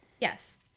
Yes